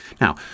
Now